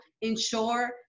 ensure